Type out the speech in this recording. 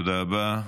תודה רבה.